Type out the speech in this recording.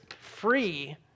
free